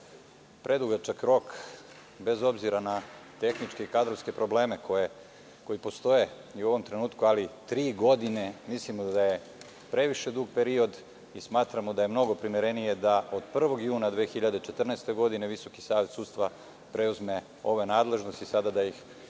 predugačak rok, bez obzira na tehničke i kadrovske probleme koji postoje i u ovom trenutku, ali mislimo da je tri godine previše dug period i smatramo da je mnogo primerenije da od 1. juna 2014. godine Visoki savet sudstva preuzme ove nadležnosti, da ih